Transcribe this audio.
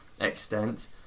extent